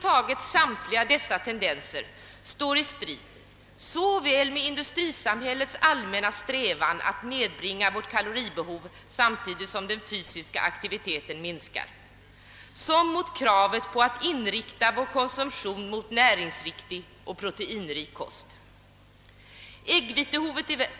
ser står i strid med såväl industrisamhällets allmänna strävan att nedbringa vårt kaloribehov — samtidigt som den fysiska aktiviteten minskar — som mot kravet på att inrikta vår konsumtion mot näringsriktig och proteinrik kost.